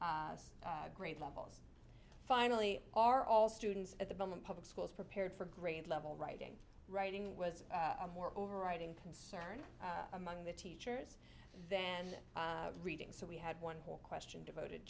grade levels finally are all students at the moment public schools prepared for grade level writing writing was a more overriding concern among the teachers than reading so we had one more question devoted